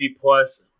plus